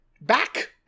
Back